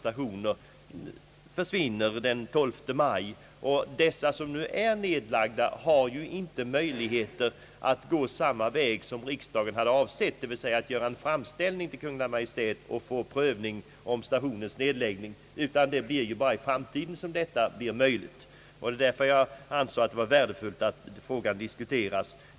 Det finns ju inte när det gäller de stationer som nu är nedlagda någon möjlighet att gå den väg, som riksdagen har avsett, dvs. att man får göra en framställning till Kungl. Maj:t om prövning av frågan om stationens nedläggning. Detta blir endast möjligt i framtiden. Jag ansåg därför att det var värdefullt, att denna fråga nu diskuterades.